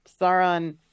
Sauron